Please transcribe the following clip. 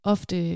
Ofte